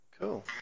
Cool